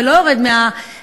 ולא יורד מהבמה,